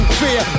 fear